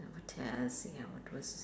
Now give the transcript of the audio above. never tell see how it was